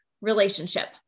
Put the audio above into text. relationship